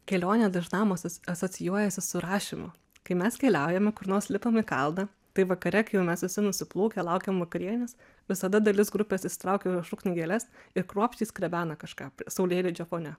kelionė dažnam asoci asocijuojasi su rašymu kai mes keliaujame kur nors lipam į kalną tai vakare kai jau mes visi nusiplūkę laukiam vakarienės visada dalis grupės išsitraukia užrašų knygeles ir kruopščiai skrebena kažką saulėlydžio fone